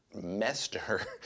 mester